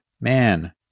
man